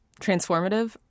transformative